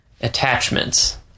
Attachments